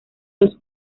los